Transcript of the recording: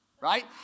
Right